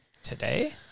today